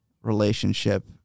relationship